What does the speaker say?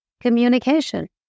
communication